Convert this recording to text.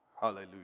Hallelujah